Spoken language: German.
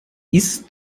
ist